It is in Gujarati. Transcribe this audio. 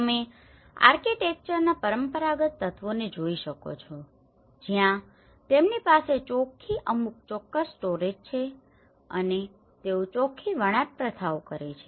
તમે આર્કિટેક્ચરના પરંપરાગત તત્વોને જોઈ શકો છો જ્યાં તેમની પાસે ચોખ્ખી અમુક ચોક્કસ સ્ટોરેજ છે અને તેઓ ચોખ્ખી વણાટ પ્રથાઓ કરે છે